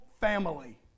family